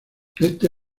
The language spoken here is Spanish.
este